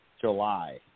July